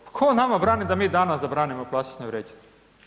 Pa tko nama brani, da mi danas zabranimo plastične vrećice?